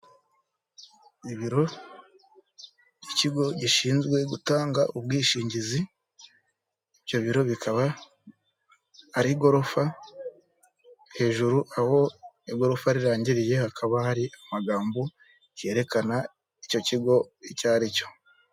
Ibiro, ikigo gishinzwe gutanga ubwishingizi, ibyo biro bikaba ari igorofa, hejuru aho igorofa rirangiriye hakaba hari amagambo yerekana icyo kigo icyo ari cyo.